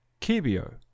Kibio